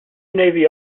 navy